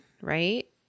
right